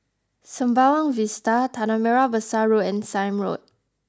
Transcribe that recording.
Sembawang Vista Tanah Merah Besar Road and Sime Road